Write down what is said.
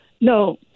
No